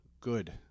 good